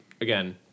again